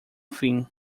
fim